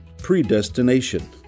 predestination